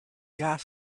gas